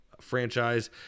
franchise